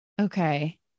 okay